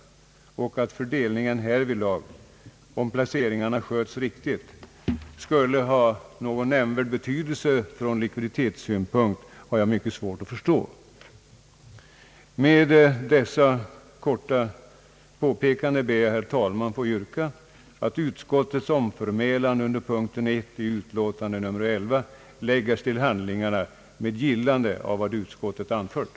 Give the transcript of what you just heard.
Jag tror inte att fördelningen härvidlag skulle ha nämnvärd betydelse ur likviditetssynpunkt, om placeringarna sköts på rätt sätt. Herr talman! Med dessa korta påpekanden ber jag få yrka att utskottets omförmälan under punkt 1 i utlåtande nr 11 läggs till handlingarna med gillande av vad utskottet anfört.